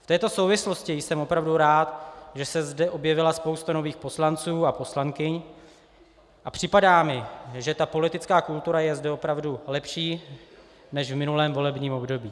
V této souvislosti jsem opravdu rád, že se zde objevila spousta nových poslanců a poslankyň, a připadá mi, že politická kultura je zde opravdu lepší než v minulém volebním období.